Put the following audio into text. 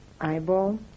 eyeball